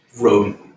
road